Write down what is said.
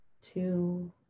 two